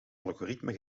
algoritme